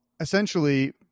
Essentially